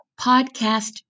Podcast